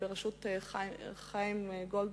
בראשות חיים גולדברג,